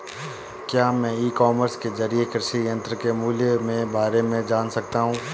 क्या मैं e commerce के ज़रिए कृषि यंत्र के मूल्य में बारे में जान सकता हूँ?